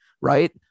Right